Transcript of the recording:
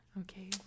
okay